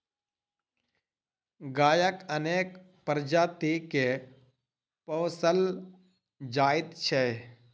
गायक अनेक प्रजाति के पोसल जाइत छै